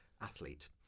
athlete